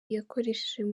yakoresheje